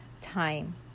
time